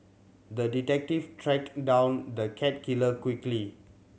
the detective tracked down the cat killer quickly